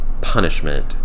punishment